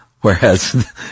Whereas